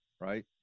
right